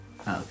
Okay